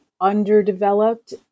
underdeveloped